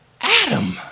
Adam